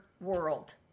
world